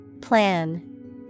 Plan